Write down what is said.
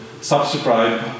subscribe